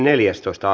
asia